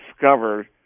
discovered